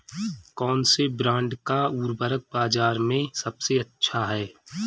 कौनसे ब्रांड का उर्वरक बाज़ार में सबसे अच्छा हैं?